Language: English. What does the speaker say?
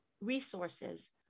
resources